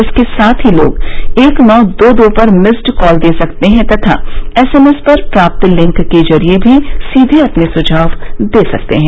इसके साथ ही लोग एक नौ दो दो पर मिस्ड कॉल दे सकते हैं तथा एसएमएस पर प्राप्त लिंक के जरिए भी सीधे अपने सुझाव दे सकते हैं